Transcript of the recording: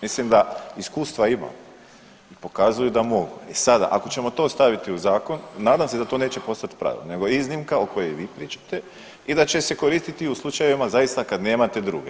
Mislim da iskustva imamo, pokazuju da mogu, e sada ako ćemo to staviti u zakon nadam se da to neće postati pravilo nego iznimka o kojoj vi pričate i da će se koristiti u slučajevima zaista kad nemat druge.